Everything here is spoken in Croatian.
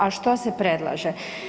A što se predlaže?